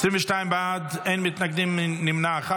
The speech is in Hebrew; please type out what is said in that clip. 22 בעד, אין מתנגדים, נמנע אחד.